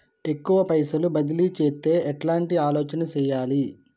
ఎక్కువ పైసలు బదిలీ చేత్తే ఎట్లాంటి ఆలోచన సేయాలి?